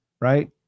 right